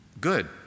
good